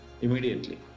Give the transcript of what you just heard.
immediately